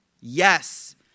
Yes